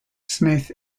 smith